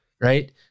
right